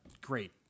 great